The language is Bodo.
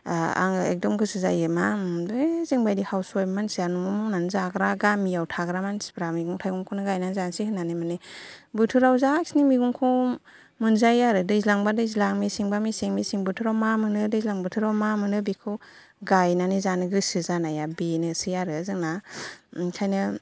आङो एखदम गोसो जायो मा ओमलै जोंबादि हावसवाइफ मानसिया न'आव मावनानै जाग्रा गामियाव थाग्रा मानथिफ्रा मैगं थाइगंखौनो गायनानै जानोसै होन्नानै माने बोथोराव जाखिनि मैगंखौ मोनजायो आरो दैज्लांबा दैज्लां मेसेंबा मेसेंनि मेसें बोथोराव मा मोनो दैज्लां बोथोराव मा मोनो बेखौ गायनानै जानो गोसो जानाया बेनोसै आरो जोंना ओंखायनो